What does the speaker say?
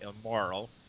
immoral